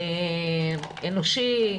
אנושי,